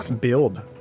build